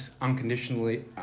unconditionally